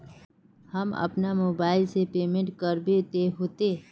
हम अपना मोबाईल से पेमेंट करबे ते होते?